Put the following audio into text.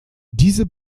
diese